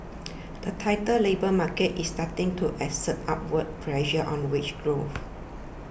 the tighter labour market is starting to exert upward pressure on wage growth